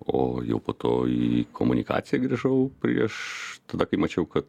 o jau po to į komunikaciją grįžau prieš tada kai mačiau kad